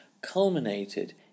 culminated